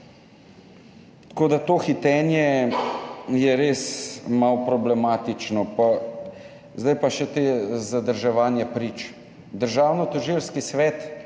zbora. To hitenje je res malo problematično. Zdaj pa še zadrževanje prič. Državnotožilski svet